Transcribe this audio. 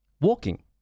Walking